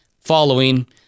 following